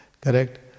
correct